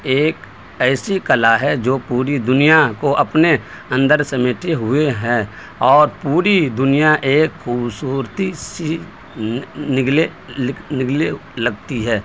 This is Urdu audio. ایک ایسی کلا ہے جو پوری دنیا کو اپنے اندر سمیٹے ہوئے ہے اور پوری دنیا ایک خوبصورتی سی نگلے لگنے لگتی ہے